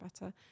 better